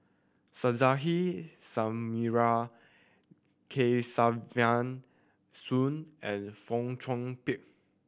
Suzairhe Sumari Kesavan Soon and Fong Chong Pik